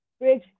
bridge